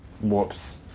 Whoops